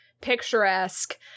picturesque